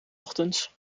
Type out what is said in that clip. ochtends